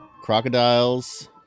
crocodiles